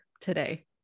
today